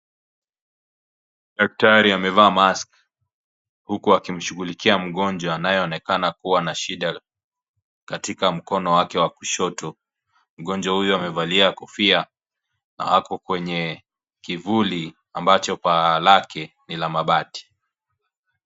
Daktari amevaa mask huku akimshughulikia mgonjwa anayeonekana kuwa na shinda katika mkono wake wa kushoto. Mgonjwa huyu amevalia kofia na ako kwenye kivuli ambacho paa lake ni la mabati.